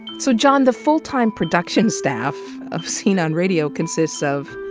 so, john, the full-time production staff of scene on radio consists of,